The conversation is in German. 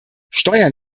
steuern